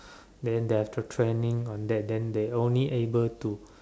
then they have training on that then they only able to